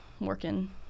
working